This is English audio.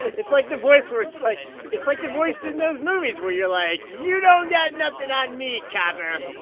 it's like the voice where it's like it's like the voice in those movies where you're like, you don't got nothing on me, copper,